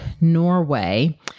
Norway